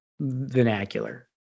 vernacular